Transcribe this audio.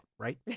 Right